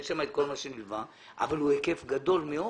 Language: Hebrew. אין שם את כל מה שנלווה אבל הוא בהיקף גדול מאוד.